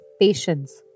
Patience